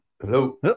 Hello